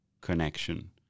connection